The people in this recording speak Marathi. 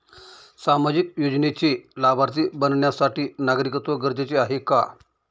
सामाजिक योजनेचे लाभार्थी बनण्यासाठी नागरिकत्व गरजेचे आहे का?